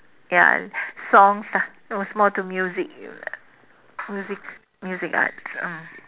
ya songs ah it was more to music music music arts mm